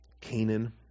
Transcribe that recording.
Canaan